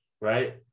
right